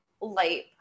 light